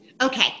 Okay